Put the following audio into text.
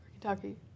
Kentucky